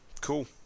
Cool